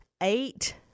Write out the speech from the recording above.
Eight